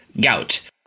gout